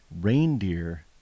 reindeer